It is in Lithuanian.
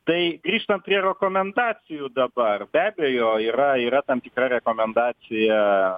tai grįžtam prie rekomendacijų dabar be abejo yra yra tam tikra rekomendacija